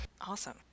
Awesome